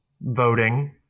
voting –